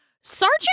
Sergeant